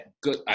good